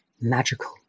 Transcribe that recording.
magical